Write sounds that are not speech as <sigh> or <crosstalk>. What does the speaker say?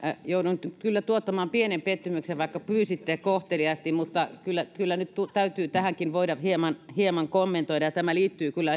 joudun kyllä tuottamaan pienen pettymyksen vaikka pyysitte kohteliaasti kyllä kyllä nyt täytyy tätäkin voida hieman hieman kommentoida ja tämä liittyy kyllä <unintelligible>